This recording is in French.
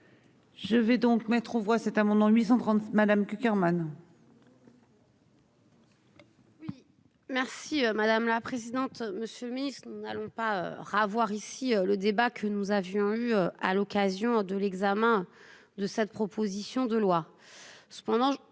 Je vais donc mettre aux voix, c'est à mon nom 830 madame Cukierman. Merci madame la présidente. Monsieur le Ministre, n'allons pas ravoir ici le débat que nous avions eu à l'occasion de l'examen de cette proposition de loi.